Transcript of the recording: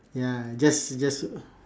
ya just just